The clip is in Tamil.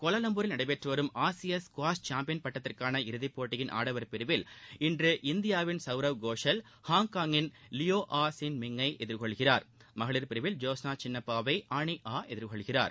கோலாலம்பூரில் நடைபெற்று வரும் ஆசிய ஸ்குவாஷ் சாம்பியன் பட்டத்திற்கான இறுதிப் போட்டியின் ஆடவர் பிரவில் இன்று இந்தியாவின் சவ்ரவ் கோஷல் ஹாங்காங்கின் லியோ ஆ குள் மிங் ஐ எதிர்கொள்கிறார் மகளிர் பிரிவில் ஜோஷ்னா சின்னப்பாவை அனி ஆ எதிர்கொள்கிறார்